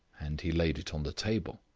and he laid it on the table.